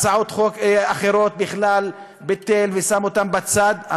הצעות חוק אחרות בכלל ביטל ושם אותן בצד,